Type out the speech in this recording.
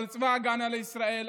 על צבא ההגנה לישראל,